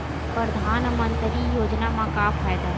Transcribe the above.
परधानमंतरी योजना म का फायदा?